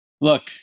look